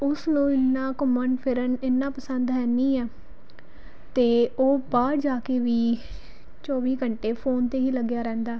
ਉਸਨੂੰ ਇੰਨਾ ਘੁੰਮਣ ਫਿਰਨ ਇੰਨਾ ਪਸੰਦ ਹੈ ਨਹੀਂ ਹੈ ਅਤੇ ਉਹ ਬਾਹਰ ਜਾ ਕੇ ਵੀ ਚੌਵੀ ਘੰਟੇ ਫੋਨ 'ਤੇ ਹੀ ਲੱਗਿਆ ਰਹਿੰਦਾ